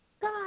God